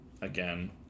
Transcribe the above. again